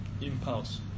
impulse